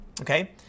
okay